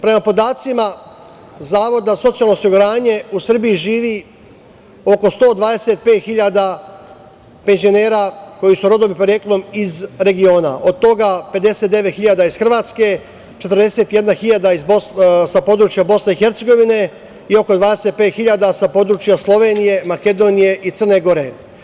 Prema podacima Zavoda za socijalno osiguranje u Srbiji živi oko 125 hiljada penzionera koji su rodom i poreklom iz regiona, od toga 59 hiljada iz Hrvatske, 41 hiljada sa područja BiH i oko 25 hiljada sa područja Slovenije, Makedonije i Crne Gore.